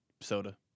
Soda